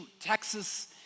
Texas